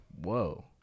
whoa